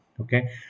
Okay